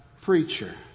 preacher